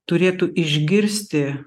turėtų išgirsti